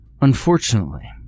Unfortunately